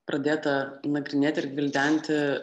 pradėta nagrinėti ir gvildenti